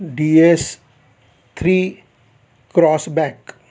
D S three crossback